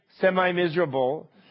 semi-miserable